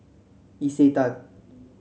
isetan